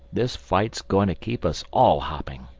this fight's going to keep us all hopping.